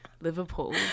Liverpool